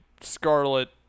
Scarlet